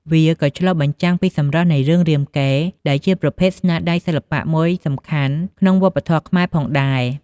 វាក៏បានឆ្លុះបញ្ចាំងពីសម្រស់នៃរឿងរាមកេរ្តិ៍ ដែលជាប្រភេទស្នាដៃសិល្បៈមួយសំខាន់ក្នុងវប្បធម៌ខ្មែរផងដែរ។